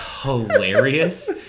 hilarious